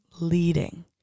leading